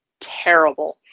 Terrible